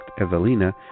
Evelina